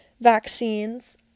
vaccines